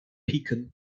pecan